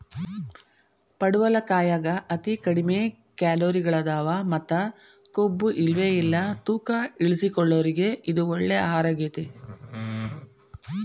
ಪಡವಲಕಾಯಾಗ ಅತಿ ಕಡಿಮಿ ಕ್ಯಾಲೋರಿಗಳದಾವ ಮತ್ತ ಕೊಬ್ಬುಇಲ್ಲವೇ ಇಲ್ಲ ತೂಕ ಇಳಿಸಿಕೊಳ್ಳೋರಿಗೆ ಇದು ಒಳ್ಳೆ ಆಹಾರಗೇತಿ